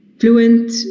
fluent